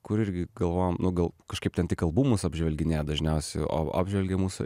kur irgi galvojom nu gal kažkaip ten tik albumus apžvelginėja dažniausiai o apžvelgė mūsų